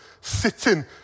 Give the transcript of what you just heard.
sitting